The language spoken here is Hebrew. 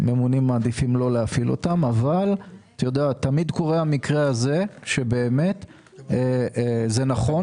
אבל תמיד קורה המקרה שבו זה נכון.